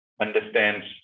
understands